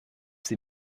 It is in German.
sie